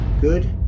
good